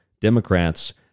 Democrats